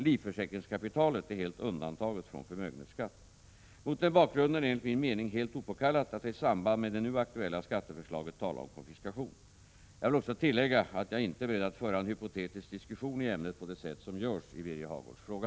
Livförsäkringskapitalet är helt undantaget från förmögenhetsskatt. Mot den bakgrunden är det enligt min mening helt opåkallat att i samband med det nu aktuella skatteförslaget tala om konfiskation. Jag vill också tillägga att jag inte är beredd att föra en hypotetisk diskussion i ämnet på det sätt som görs i Birger Hagårds fråga.